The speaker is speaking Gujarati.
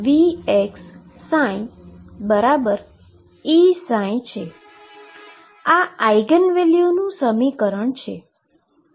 આ આઈગન વેલ્યુનું સમીકરણ છે